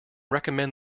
recommend